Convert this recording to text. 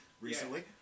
recently